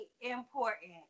important